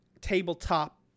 tabletop